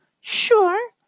Sure